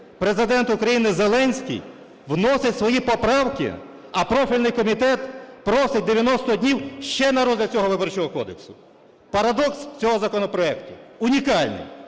Президент України Зеленський вносить свої поправки, а профільний комітет просить 90 днів ще на розгляд цього Виборчого кодексу, парадокс цього законопроекту унікальний.